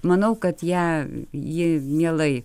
manau kad ją ji mielai